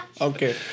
Okay